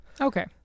Okay